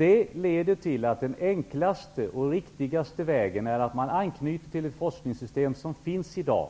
Detta leder till att den enklaste och mest riktiga vägen är att anknyta till ett forskningssystem som finns i dag,